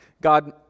God